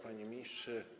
Panie Ministrze!